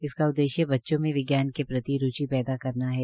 इस उद्देश्य बच्चों में विज्ञान के प्रति रूचि पैदा करना है